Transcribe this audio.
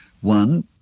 One